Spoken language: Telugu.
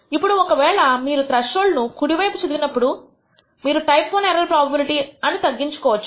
ఇప్పుడు ఒక వేళ మీరు త్రెష్హోల్డ్ ను కుడి చేతి వైపు చదివినప్పుడు మీరు టైప్ I ఎర్రర్ ప్రోబబిలిటీ అను తగ్గించవచ్చు